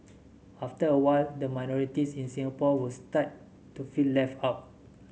after a while the minorities in Singapore would start to feel left out